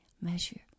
measure